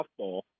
softball